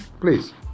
Please